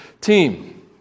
team